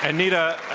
and nita,